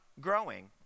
growing